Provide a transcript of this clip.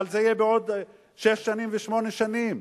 אבל זה יהיה בעוד שש שנים ושמונה שנים.